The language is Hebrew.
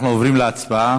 אנחנו עוברים להצבעה